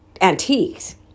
antiques